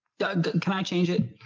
doug, can i change it